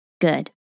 good